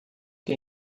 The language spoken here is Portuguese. que